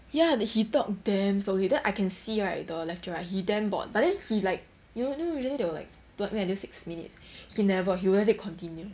ya he talk damn slowly then I can see right the lecturer right he damn bored but then he like you know you know usually they'll like wait until six minutes he never he'll let it continue